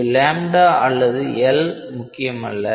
இங்கு λ அல்லது L முக்கியமல்ல